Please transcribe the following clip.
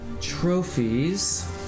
Trophies